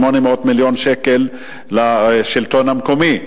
800 מיליון שקלים לשלטון המקומי.